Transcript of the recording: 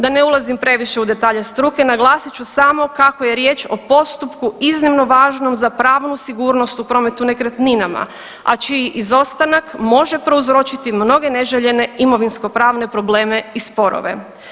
Da ne ulazim previše u detalje struke naglasit ću samo kako je riječ o postupku iznimno važnom za pravnu sigurnost u prometu nekretninama, a čiji izostanak može prouzročiti mnoge neželjene imovinsko-pravne probleme i sporove.